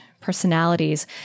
personalities